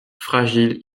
fragiles